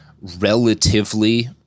relatively